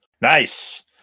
nice